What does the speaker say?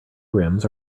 rims